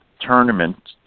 tournament